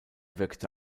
wirkte